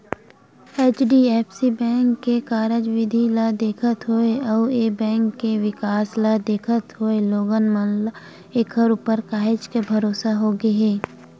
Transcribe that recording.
HDFC bank के कारज बिधि ल देखत होय अउ ए बेंक के बिकास ल देखत होय लोगन मन ल ऐखर ऊपर काहेच के भरोसा होगे हे